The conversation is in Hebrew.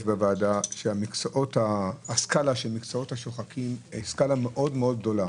בוועדה שהסקאלה של המקצועות השוחקים היא סקאלה מאוד מאוד גדולה.